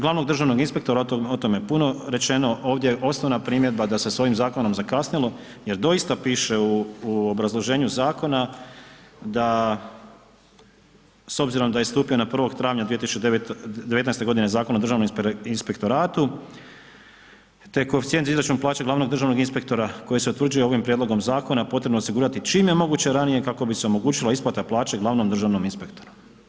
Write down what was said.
glavnog državnog inspektora, o tome je puno rečeno, ovdje je osnovna primjedba da se s ovim zakonom zakasnilo jer doista piše u obrazloženju zakona da s obzirom da ne stupio na 1. travnja godine Zakon o Državnom inspektoratu te koeficijent za izračun plaće glavnog državnog inspektora koji se utvrđuje ovim prijedlogom zakona potrebno osigurati čim je moguće ranije kako bi se omogućila isplata plaće glavnom državnom inspektoru.